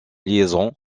liaison